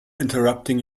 interrupting